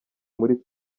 muri